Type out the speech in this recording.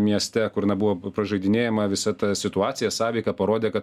mieste kur na buvo pražaidinėjema visa ta situacija sąveika parodė kad